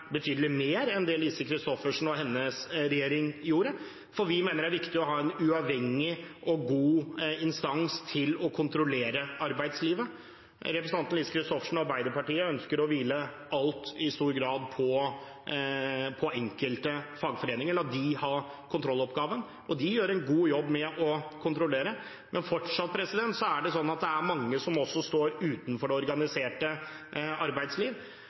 betydelig mer enn det Lise Christoffersen og hennes regjering gjorde, for vi mener det er viktig å ha en uavhengig og god instans til å kontrollere arbeidslivet. Representanten Lise Christoffersen og Arbeiderpartiet ønsker å hvile alt, i stor grad, på enkelte fagforeninger og la dem ha kontrolloppgaven – og de gjør en god jobb med å kontrollere. Men fortsatt er det mange som står utenfor det organiserte arbeidsliv,